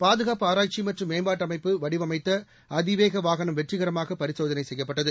பாதுகாப்பு ஆராய்ச்சி மற்றும் மேம்பாட்டு அமைப்பு வடிவமைத்த அதிவேக வாகனம் வெற்றிகராமாக பரிசோதனை செய்யப்பட்டது